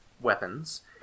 Weapons